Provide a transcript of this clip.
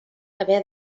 haver